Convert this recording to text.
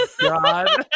god